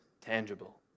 tangible